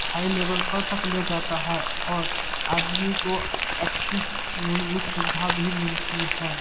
हाय level पर तक ले जाता है और आदमी को अच्छी मूलभूत सुविधा भी मिलती है